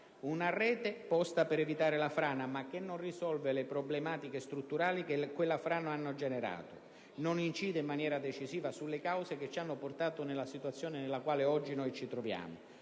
una rete posta per evitare la frana, ma che non risolve le problematiche strutturali che quella frana ha generato, non incide in maniera decisiva sulle cause che ci hanno portato nella situazione in cui oggi ci troviamo